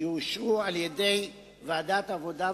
יאושרו על-ידי ועדת העבודה,